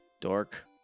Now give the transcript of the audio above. Dork